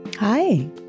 Hi